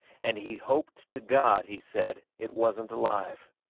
and he hoped to god, he said, it wasn't alive.